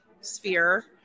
sphere